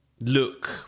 look